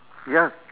ya